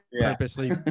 purposely